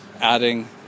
Adding